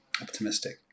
optimistic